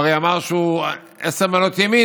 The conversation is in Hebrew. הרי הוא אמר שהוא עשר מעלות ימינה.